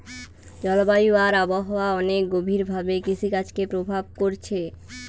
জলবায়ু আর আবহাওয়া অনেক গভীর ভাবে কৃষিকাজকে প্রভাব কোরছে